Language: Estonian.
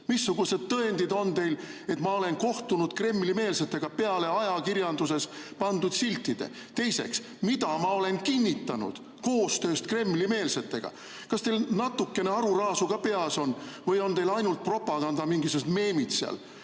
Missugused tõendid on teil, et ma olen kohtunud Kremli-meelsetega, peale ajakirjanduses pandud siltide? Teiseks, mida ma olen kinnitanud koostööst Kremli-meelsetega? Kas teil natukene aruraasu ka peas on või on teil ainult propaganda mingisugused meemid seal?